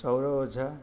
ଚଉର Ojha